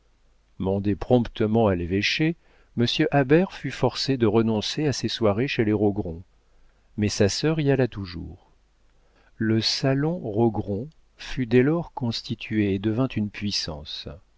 mandé promptement à l'évêché monsieur habert fut forcé de renoncer à ses soirées chez les rogron mais sa sœur y alla toujours le salon rogron fut dès lors constitué et devint une puissance